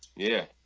yeah